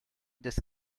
des